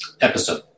episode